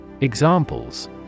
Examples